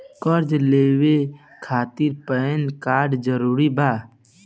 कर्जा लेवे खातिर पैन कार्ड जरूरी बा?